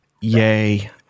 Yay